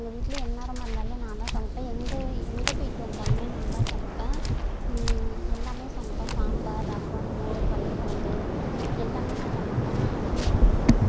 எங்கள் வீட்டில் எந்நேரமாக இருந்தாலும் நான்தான் சமைப்பேன் எங்கள் எங்கள் போயிட்டு வந்தாலுமே நான்தான் சமைப்பேன் எல்லாமே சமைப்பேன் சாம்பார் ரசம் மோர் வத்த குலம்பு எல்லாமே நான் சமைப்பேன் அதேமாரி